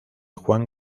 juan